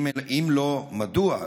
אם לא, מדוע?